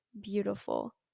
beautiful